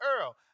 Earl